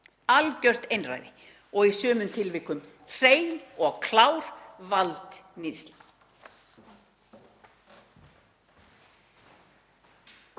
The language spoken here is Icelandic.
algjört einræði og í sumum tilvikum hrein og klár valdníðsla.